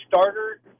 starter